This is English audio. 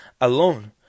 alone